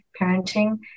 parenting